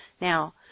Now